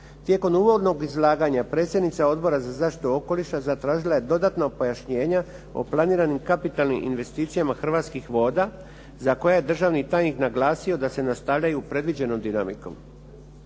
Tijekom uvodnog izlaganja predsjednica Odbora za zaštitu okoliša zatražila je dodatno pojašnjenja o planiranim kapitalnim investicijama Hrvatskih voda za koje je državni tajnik naglasio da se nastavljaju predloženom dinamikom.